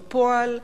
בפועל,